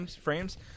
Frames